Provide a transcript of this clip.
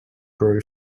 grow